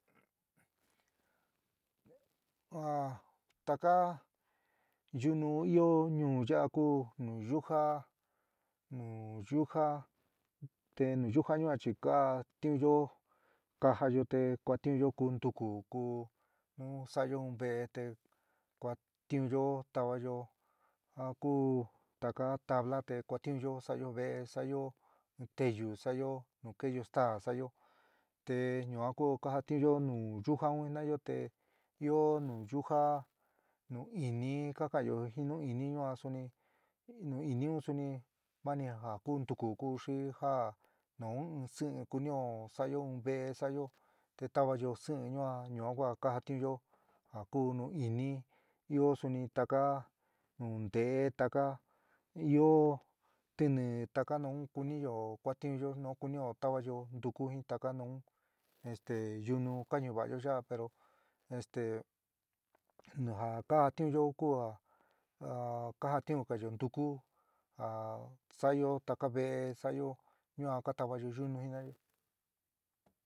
A taka yúnu ɨó ñuu ya'a kuú nuyuja nuyuja te nuyuja yuán chi ka jatiunyo kajayo te kuatiunyo kuú ntuku ku nu sa'ayo in ve'e te kuatiunyo tavayo ja ku taka tabla te kuatiunyo sa'ayo ve'e sa'ayo téyu sa'ayo nu keéyo stá sa'ayo te ñuan ku kajatiunyo nu yuja un jinayo te ɨó nuyuja nu'ini ka ka'anyo jin nu'ini yua suni nuini un suni mani ja kú ntuku kú xi ja nuu sɨɨn kunio sa'ayo in ve'e sa'ayo te tavayo sɨɨn ñuan yua ku ja kajatiunyo ja ku nuini ɨó suni taka nunte'é taka ɨó tini taka nu´un kuniyo kuatiunyo nu kunio tavayo ntúku jin taka nun este yunu ka ñuva'ayo yaá pero esté naja kajatiunyo ku a kajatiungayo ntuku a sa'ayo taka ve'é sa'ayo yuan ka tavayo yúnu.